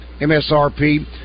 MSRP